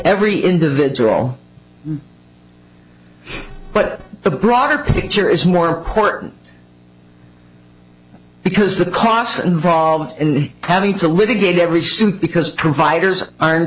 every individual but the broader picture is more important because the costs involved in having to litigate every suit because providers are